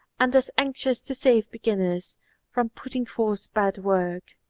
and as anxious to save beginners from putting forth bad work!